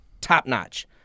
top-notch